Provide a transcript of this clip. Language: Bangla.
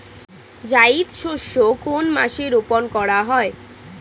জায়িদ শস্য কোন মাসে রোপণ করা হয়?